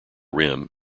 rim